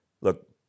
Look